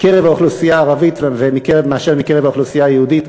מקרב האוכלוסייה הערבית מאשר מקרב האוכלוסייה היהודית?